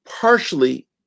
partially